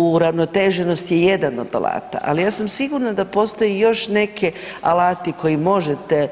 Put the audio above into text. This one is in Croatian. Uravnoteženost je jedan od alata, ali ja sam sigurna da postoje još neki alati koji možete